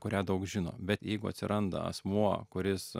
kurią daug žino bet jeigu atsiranda asmuo kuris